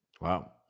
Wow